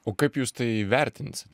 o kaip jūs tai įvertinsit